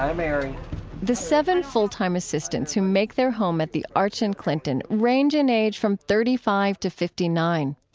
ah mary the seven full-time assistants who make their home at the arch in clinton range in age from thirty five to fifty nine.